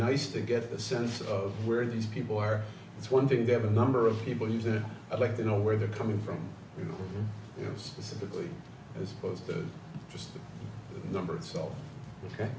nice to get a sense of where these people are it's one thing to have a number of people use it i'd like to know where they're coming from you know specifically as opposed to just the number itself